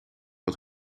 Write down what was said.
wat